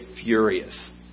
furious